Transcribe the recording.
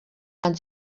man